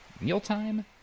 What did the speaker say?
mealtime